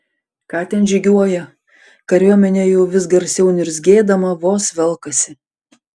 ką ten žygiuoja kariuomenė jau vis garsiau niurzgėdama vos velkasi